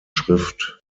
schrift